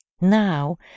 Now